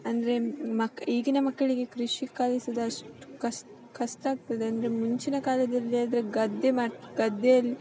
ಅಂದರೆ ಮಕ್ ಈಗಿನ ಮಕ್ಕಳಿಗೆ ಕೃಷಿ ಕಲ್ಸುವುದು ಅಷ್ಟು ಕಷ್ಟ ಕಷ್ಟ ಆಗ್ತದೆ ಅಂದರೆ ಮುಂಚಿನ ಕಾಲದಲ್ಲಿ ಆದರೆ ಗದ್ದೆ ಮಾಡಿ ಗದ್ದೆಯಲ್ಲಿ